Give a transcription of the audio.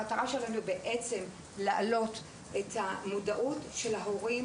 המטרה שלנו להעלות את המודעות של ההורים